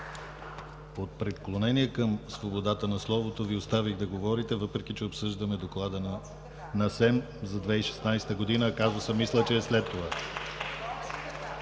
От преклонение към свободата на словото Ви оставих да говорите, въпреки че обсъждаме Доклада на СЕМ за 2016 г., а казусът мисля, че е след това.